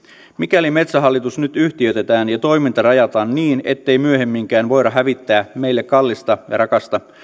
mikäli metsähallitus nyt yhtiöitetään ja toiminta rajataan niin ettei myöhemminkään voida hävittää meille kallista ja rakasta